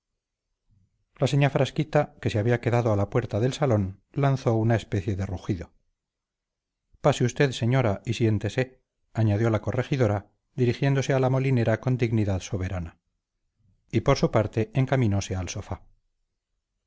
la señá frasquita que se había quedado a la puerta del salón lanzó una especie de rugido pase usted señora y siéntese añadió la corregidora dirigiéndose a la molinera con dignidad soberana y por su parte encaminóse al sofá